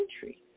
country